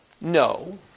no